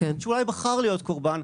שאולי בחר להיות קורבן.